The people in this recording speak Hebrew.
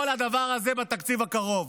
כל הדבר הזה בתקציב הקרוב.